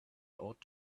ought